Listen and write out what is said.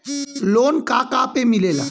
Loan का का पे मिलेला?